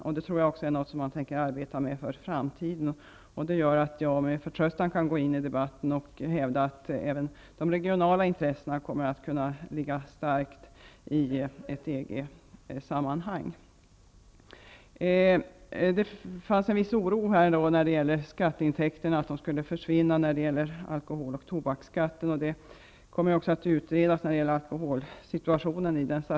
Jag tror också att det är något man tänker arbeta med för framtiden. Därför kan jag med förtröstan gå in i debatten och hävda att även de regionala intressena kommer att kunna förbli starka i ett EG sammanhang. Det fanns en oro här för skatteintäkterna när det gäller alkohol och tobaksskatten. Det finns en särskild kommission som skall utreda alkoholsituationen.